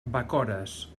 bacores